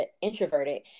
introverted